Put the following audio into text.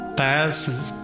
passes